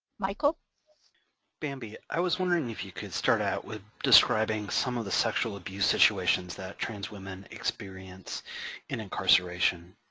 michael bamby, i was wondering if you could start out with describing some of the sexual abuse situations that trans women experience in incarceration.